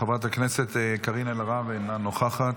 חברת הכנסת קארין אלהרר, אינה נוכחת,